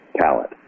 talent